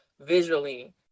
visually